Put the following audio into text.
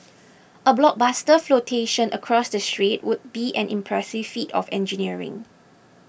a blockbuster flotation across the strait would be an impressive feat of engineering